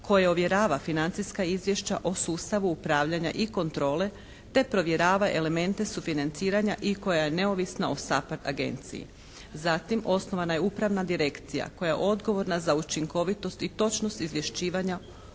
koje ovjerava financijska izvješća o sustavu upravljanja i kontrole te provjerava elemente sufinanciranja i koja je neovisna o SAPARD agenciji. Zatim osnovana je Upravna direkcija koja je odgovorna za učinkovitost i točnost izvješćivanja